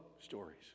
stories